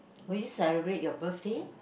will you celebrate your birthday